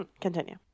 continue